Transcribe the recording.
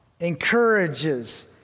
encourages